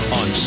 on